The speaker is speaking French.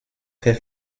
fait